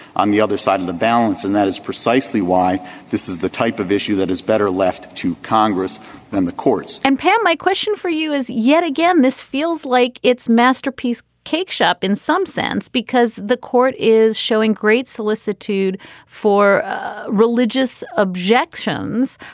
on the other side of the balance and that is precisely why this is the type of issue that is better left to congress and the courts and pam my question for you is yet again this feels like it's masterpiece cake shop in some sense because the court is showing great solicitude for ah religious objections.